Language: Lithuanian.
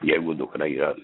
jeigu dukra yra